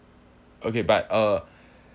okay but uh